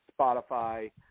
Spotify